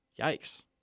Yikes